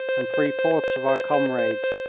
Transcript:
and three-fourths of our comrades.